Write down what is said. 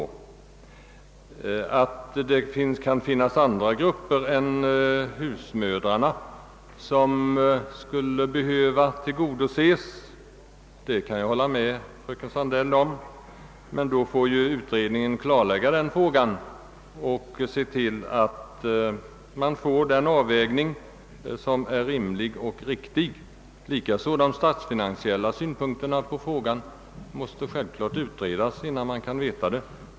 Jag kan hålla med fröken Sandell om att även andra grupper än husmödrarna kan få sitt behov av tilläggssjukpenning tillgodosett, men då får ju utredningen klarlägga den saken och göra en rimlig och riktig avvägning. även de statsfinansiella synpunkterna måste självfallet utredas. Innan dess kan man ju inte säga något om dem.